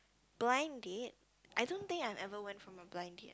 blind date I don't think I've ever went for a blind date